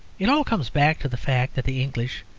it all comes back to the fact that the english,